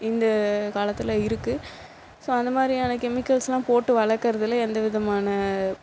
இந்த காலத்தில் இருக்குது ஸோ அந்த மாதிரியான கெமிக்கல்ஸ்லாம் போட்டு வளர்க்கறதுல எந்த விதமான